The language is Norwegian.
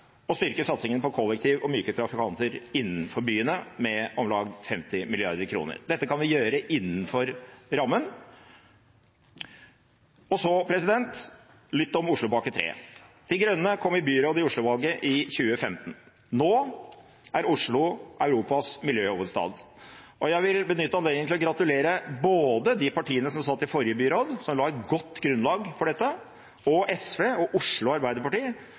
og styrke satsingen på kollektivtransport og myke trafikanter innenfor byene med om lag 50 mrd. kr. Dette kan vi gjøre innenfor rammen. Så litt om Oslopakke 3. De Grønne kom i byråd i Oslo etter valget i 2015. Nå er Oslo Europas miljøhovedstad. Jeg vil benytte anledningen til å gratulere både de partiene som satt i forrige byråd, som la et godt grunnlag for dette, og SV og Oslo Arbeiderparti,